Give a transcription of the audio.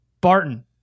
Barton